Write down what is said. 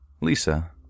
Lisa